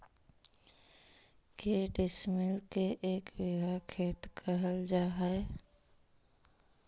के डिसमिल के एक बिघा खेत कहल जा है?